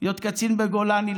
להיות קצין בגולני,